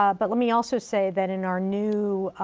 ah but let me also say that in our new,